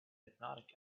hypnotic